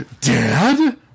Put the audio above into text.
Dad